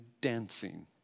dancing